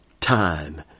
time